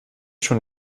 schon